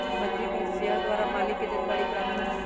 पंजीकृत शेयर द्वारा मालिक के जानकारी प्राप्त होइ छइ